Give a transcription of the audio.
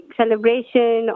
celebration